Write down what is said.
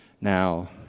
Now